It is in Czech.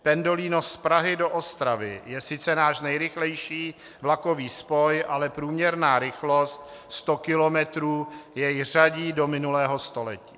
Pendolino z Prahy do Ostravy je sice náš nejrychlejší vlakový spoj, ale průměrná rychlost 100 km jej řadí do minulého století.